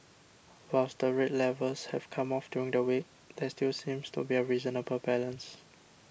whilst the rate levels have come off during the week there still seems to be a reasonable balance